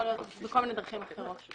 יכול להיות בכל מיני דרכים אחרות.